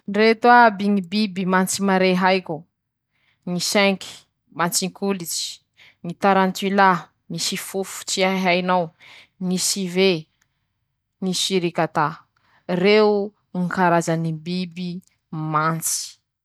<...>Eka, ñy biby moa mifampita fahalala aminy ñy taranany, manahaky anizao ñ'ampitany azy aminy ñy alalany ñy fiaiña noho fomba<Kôkôrikôo> fanaondrozy, manahaky anizay koa aminy ñy fianara no aminy ñy fiaraha miasa, misy koa ñy aminy alalany ñy fanehoankevitsy noho ñy fihetsike ifanaovandrozy<...>.